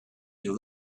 you